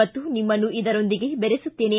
ಮತ್ತು ನಿಮ್ಮನ್ನೂ ಇದರೊಂದಿಗೆ ಬೆರೆಸುತ್ತೇನೆ